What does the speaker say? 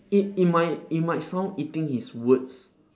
it it might it might sound eating his words